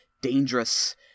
dangerous